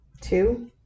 Two